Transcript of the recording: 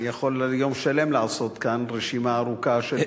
אני יכול יום שלם לעשות כאן רשימה ארוכה של דברים,